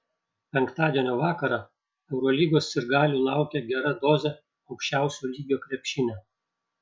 penktadienio vakarą eurolygos sirgalių laukia gera dozė aukščiausio lygio krepšinio